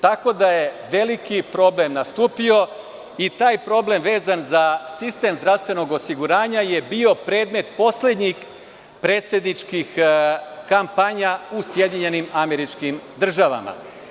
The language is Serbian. Tako da je veliki problem nastupio i taj problem vezan za sistem zdravstvenog osiguranja je bio predmet poslednjih predsedničkih kampanja u SAD.